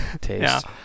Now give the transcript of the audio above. taste